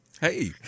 Hey